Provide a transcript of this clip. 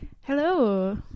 Hello